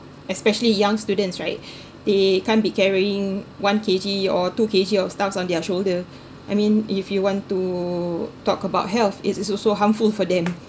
especially young students right they can't be carrying one kg or two kg of stuffs on their shoulder I mean if you want to talk about health it is also harmful for them